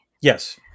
Yes